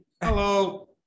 hello